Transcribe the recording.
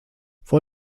vor